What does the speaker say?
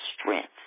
strength